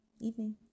evening